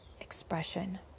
expression